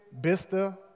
Bista